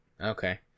Okay